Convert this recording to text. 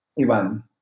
Ivan